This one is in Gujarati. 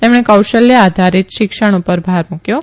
તેમણે કૌશલ્ય આધારિત શિક્ષણ પર ભાર મુકથો